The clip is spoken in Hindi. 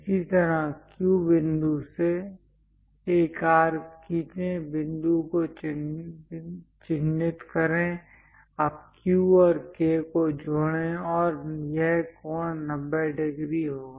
इसी तरह Q बिंदु से एक आर्क खींचे बिंदु को चिह्नित करें अब Q और K को जोड़ें और यह कोण 90 डिग्री होगा